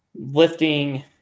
lifting